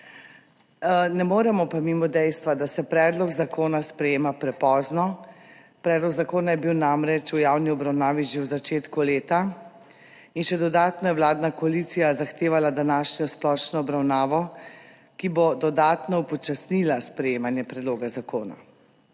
Ne moremo pa mimo dejstva, da se predlog zakona sprejema prepozno. Predlog zakona je bil namreč v javni obravnavi že v začetku leta. In še dodatno je vladna koalicija zahtevala današnjo splošno obravnavo, ki bo dodatno upočasnila sprejemanje predloga zakona.